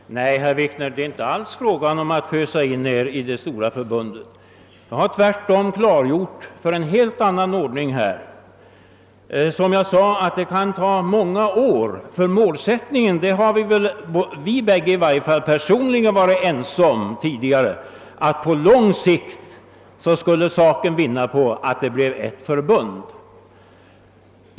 Herr talman! Nej, herr Wikner, det är inte alls fråga om att fösa in i er i det stora förbundet. Jag har tvärtom redogjort för en helt annan ordning. Målsättningen har väl i varje fall vi båda varit ense om tidigare, nämligen att saken på lång sikt skulle vinna på att det bleve ett förbund.